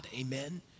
Amen